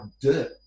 dirt